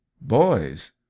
Boys